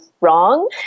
wrong